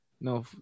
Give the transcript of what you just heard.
no